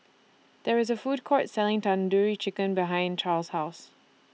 There IS A Food Court Selling Tandoori Chicken behind Charls' House